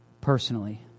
personally